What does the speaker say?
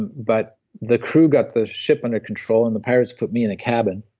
but the crew got the ship under control, and the pirates put me in a cabin.